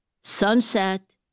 sunset